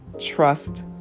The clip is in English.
trust